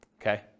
okay